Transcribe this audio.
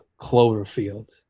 Cloverfield